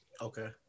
Okay